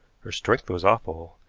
her strength was awful,